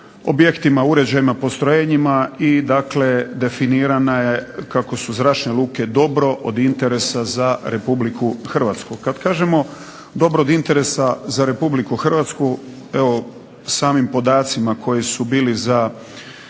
objektima, uređajima, postrojenjima i dakle definirana je kako su zračne luke dobro od interesa za Republiku Hrvatsku. Kada kažemo dobro od interesa za Republiku Hrvatsku, samim podacima koji su bili za